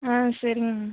ஆ சரிங்க மேம்